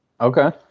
Okay